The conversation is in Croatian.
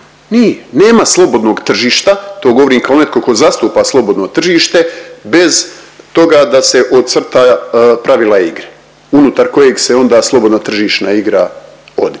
nije. Nema slobodnog tržišta, to govorim kao netko tko zastupa slobodno tržište bez toga da se ocrta pravila igre unutar kojeg se onda slobodna tržišna igra odvija.